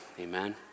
Amen